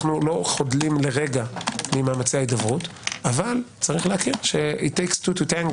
אנו לא חדלים לרגע ממאמצי ההידברות אבל צריך שנים לטנגו.